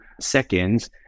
seconds